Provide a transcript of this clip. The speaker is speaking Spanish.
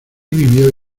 vivió